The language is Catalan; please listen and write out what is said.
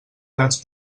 grans